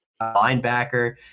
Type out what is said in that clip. linebacker